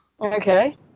Okay